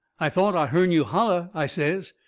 i thought i hearn you holler, i says,